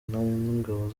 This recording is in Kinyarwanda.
n’ingabo